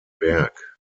berg